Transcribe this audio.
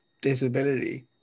disability